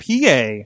PA